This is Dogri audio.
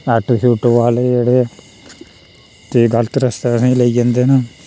आटो छुटो आह्ले जेह्ड़े ते गलत रस्ते असेंई लेई जंदे न